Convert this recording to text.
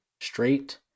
straight